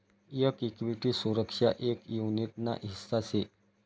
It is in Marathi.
एक इक्विटी सुरक्षा एक युनीट ना हिस्सा शे